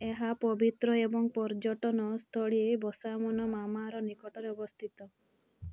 ଏହା ପବିତ୍ର ଏବଂ ପର୍ଯ୍ୟଟନ ସ୍ଥଳୀ ବସାମନ ମାମାର ନିକଟରେ ଅବସ୍ଥିତ